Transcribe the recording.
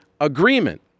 agreement